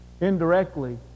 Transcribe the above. indirectly